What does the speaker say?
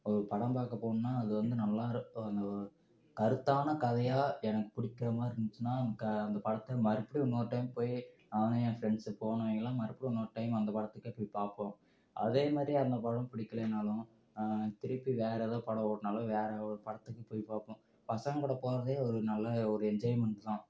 ஒரு படம் பார்க்க போகணுன்னா அது வந்து நல்லாயிருக்க கருத்தான கதையாக எனக்கு பிடிக்கிற மாதிரி இருந்துச்சுன்னால் எனக்கு அந்த படத்தை மறுபடியும் இன்னொரு டைம் போய் நானும் என் ப்ரெண்ட்ஸும் போனவைங்கெல்லாம் மறுபடி இன்னொரு டைம் அந்த படத்துக்கே போய் பார்ப்போம் அதேமாதிரி அந்த படம் பிடிக்கலைன்னாலும் திருப்பி வேறு ஏதாவது படம் ஓடினாலும் வேறு ஒரு படத்துக்கு போய் பார்ப்போம் பசங்கள் கூட போகிறதே ஒரு நல்ல ஒரு என்ஜாய்மென்ட் தான்